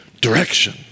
direction